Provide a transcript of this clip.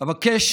אבקש